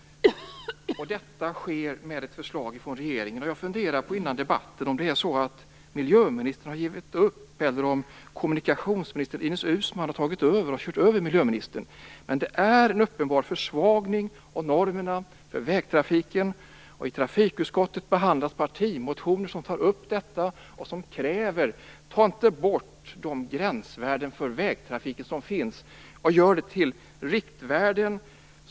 Detta sker genom ett förslag från regeringen. Innan debatten funderade jag på om det är så att miljöministern har gett upp eller om kommunikationsminister Ines Uusmann har tagit över och kört över miljöministern. Det är en uppenbar försvagning av normerna för vägtrafiken. I trafikutskottet behandlas partimotioner som tar upp detta och som kräver att de gränsvärden som finns för vägtrafiken inte tas bort och görs till riktvärden.